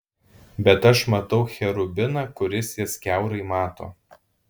bet aš matau cherubiną kuris jas kiaurai mato